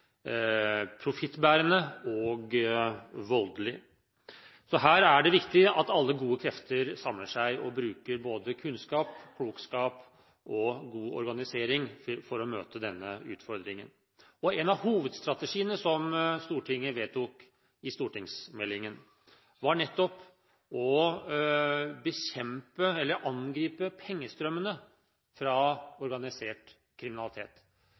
profittbærende og voldelig. Så her er det viktig at alle gode krefter samler seg og bruker kunnskap, klokskap og god organisering for å møte denne utfordringen. En av hovedstrategiene som Stortinget vedtok i stortingsmeldingen, var nettopp å bekjempe, eller angripe, pengestrømmene fra organisert kriminalitet.